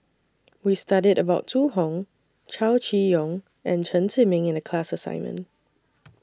We studied about Zhu Hong Chow Chee Yong and Chen Zhiming in The class assignment